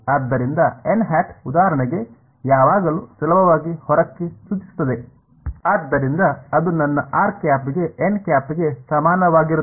ಆದ್ದರಿಂದ n̂ ಉದಾಹರಣೆಗೆ ಯಾವಾಗಲೂ ಸುಲಭವಾಗಿ ಹೊರಕ್ಕೆ ಸೂಚಿಸುತ್ತದೆ ಆದ್ದರಿಂದ ಅದು ನನ್ನ r̂ಗೆ n̂ ಸಮಾನವಾಗಿರುತ್ತದೆ